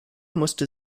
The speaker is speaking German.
musste